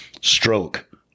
Stroke